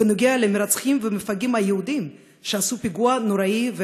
בנוגע למרצחים והמפגעים היהודים שעשו פיגוע נוראי,